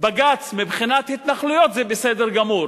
בג"ץ מבחינת התנחלויות זה בסדר גמור.